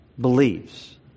believes